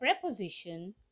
preposition